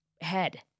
head